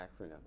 acronym